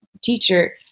teacher